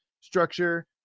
structure